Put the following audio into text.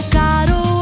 caro